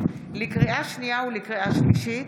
לקריאה שנייה ולקריאה שלישית: